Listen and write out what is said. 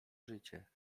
życie